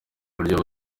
buryo